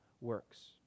works